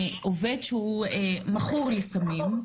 האם עובד שהוא מכור לסמים,